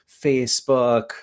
facebook